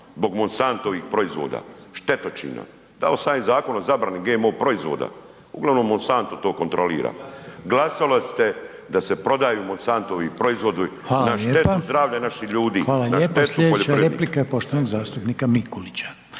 zbog Monsantovih proizvoda, štetočina. Dao sam ja i zakon o zabrani GMO proizvoda, uglavnom Monsanto to kontrolira, glasali ste da se prodaju Monsantovi proizvodi na štetu zdravlja naših ljudi, na štetu poljoprivrednika **Reiner, Željko